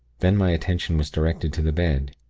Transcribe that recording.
then my attention was directed to the bed.